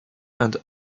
and